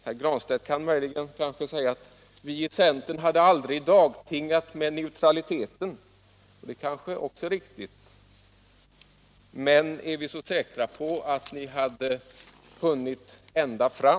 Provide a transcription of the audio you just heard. Herr Granstedt kan möjligen säga att centern aldrig hade dagtingat med neutraliteten. Det kanske också är riktigt, men kan vi vara säkra på att ni i regeringsförhandlingar med moderater och folkpartister hade nått ända fram?